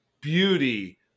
beauty